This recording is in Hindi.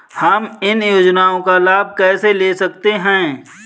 हम इन योजनाओं का लाभ कैसे ले सकते हैं?